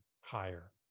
higher